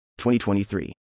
2023